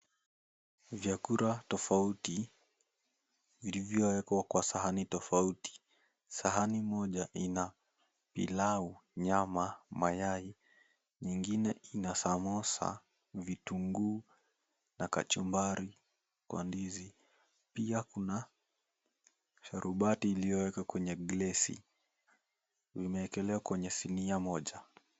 Vyakula tofauti vilivyowekwa kwa sahani tofauti. Sahani moja ina pilau, nyama, mayai. Nyingine ina samosa, vitunguu na kachumbari, kwa ndizi. Pia kuna sharubati iyowekwa kwenye glass , vimewekelewa kwenye sinia moja.